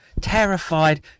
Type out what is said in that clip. terrified